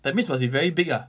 that means must be very big ah